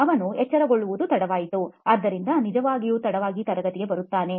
ಅವನು ಎಚ್ಚರಗೊಳ್ಳುವುದು ತಡವಾಗಿದೆ ಆದ್ದರಿಂದ ನಿಜವಾಗಿಯೂ ತಡವಾಗಿ ತರಗತಿಗೆ ಬರುತ್ತಾನೆ